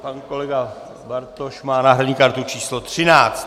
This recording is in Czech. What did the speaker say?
Pan kolega Bartoš má náhradní kartu číslo 13.